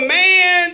man